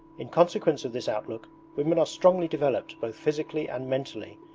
in consequence of this outlook women are strongly developed both physically and mentally,